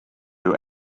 you